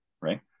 Right